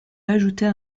ajouter